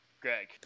Greg